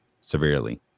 severely